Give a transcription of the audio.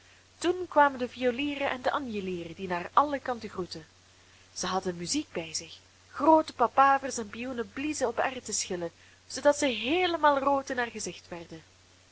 toen kwamen de violieren en de anjelieren die naar alle kanten groetten zij hadden muziek bij zich groote papavers en pioenen bliezen op erwtenschillen zoodat zij heelemaal rood in haar gezicht werden